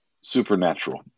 supernatural